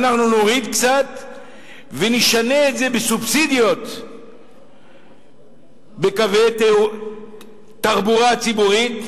אנחנו נוריד קצת ונשנה את זה בסובסידיות בקווי התחבורה הציבורית,